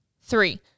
Three